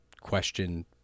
question